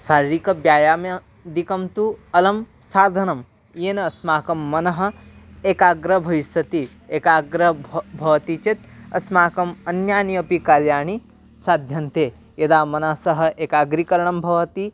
शारीरिकं व्यायामादिकं तु अलं साधनं येन अस्माकं मनः एकाग्रः भविष्यति एकाग्रः भ भवति चेत् अस्माकम् अन्यानि अपि कार्याणि साध्यन्ते यदा मनसः एकाग्रीकरणं भवति